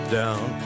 down